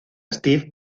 steve